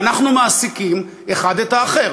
ואנחנו מעסיקים אחד את האחר,